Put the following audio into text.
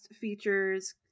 features